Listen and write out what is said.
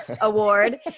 award